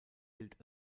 gilt